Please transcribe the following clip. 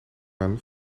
aan